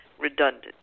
redundant